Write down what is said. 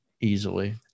Easily